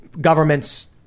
governments